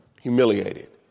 Humiliated